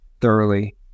thoroughly